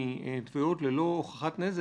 אם זה הולך למקומות אחרים,